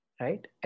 right